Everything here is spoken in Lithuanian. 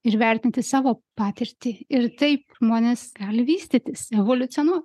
ir vertinti savo patirtį ir taip žmonės gali vystytis evoliucionuot